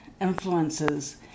influences